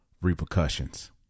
repercussions